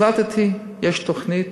החלטתי, יש תוכנית,